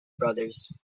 brothers